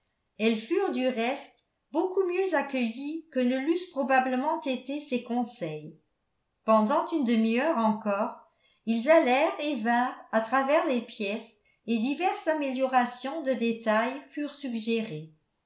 elles furent du reste beaucoup mieux accueillies que ne l'eussent probablement été ses conseils pendant une demi-heure encore ils allèrent et vinrent à travers les pièces et diverses améliorations de détail furent suggérées